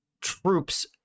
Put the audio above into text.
troops